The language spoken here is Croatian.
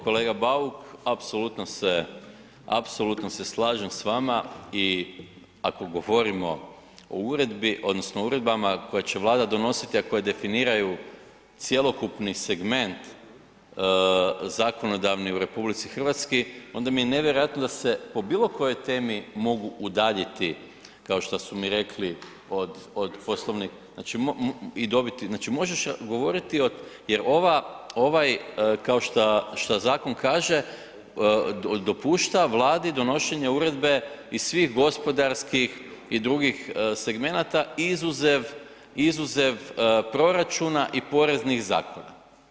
Kolega Bauk, apsolutno se slažem s vama i ako govorimo o uredbi odnosno o uredbama koje će Vlada donositi a koje definiraju cjelokupni segment zakonodavni u RH, onda mi je nevjerojatno da se po bilokojoj temi mogu udaljiti kao šta su mi rekli od Poslovnika i dobiti, znači možeš govoriti jer ovaj kao šta zakon kaže, dopušta Vladi donošenje uredbe i svih gospodarskih i dr. segmenata izuzev proračuna i poreznih zakona.